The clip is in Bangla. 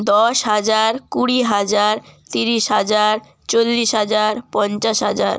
দশ হাজার কুড়ি হাজার ত্রিশ হাজার চল্লিশ হাজার পঞ্চাশ হাজার